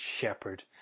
shepherd